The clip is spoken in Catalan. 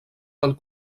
del